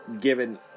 given